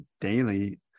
daily